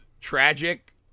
tragic